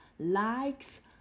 Likes